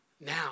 now